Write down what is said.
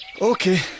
Okay